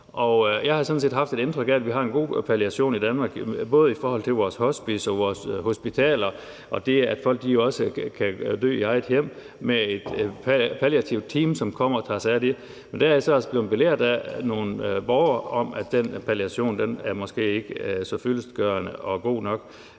jeg har sådan set haft et indtryk af, at vi har en god palliation i Danmark, både i forhold til vores hospice og til vores hospitaler og det, at folk også kan dø i eget hjem med et palliativt team, som kommer og tager sig af det. Men der har nogle borgere belært mig om, at den palliation måske ikke er så fyldestgørende og god nok,